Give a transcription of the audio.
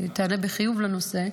ותענה בחיוב לנושא,